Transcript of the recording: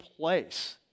place